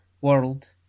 world